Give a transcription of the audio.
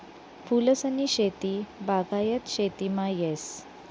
फूलसनी शेती बागायत शेतीमा येस